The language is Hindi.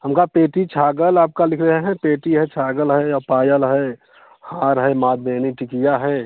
हम कहाँ पेटी छागल आपका लिख रहे हैं पेटी है छागल है औ पायल है हार है माथ बिंदी टिकिया है